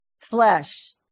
flesh